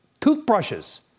toothbrushes